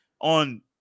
on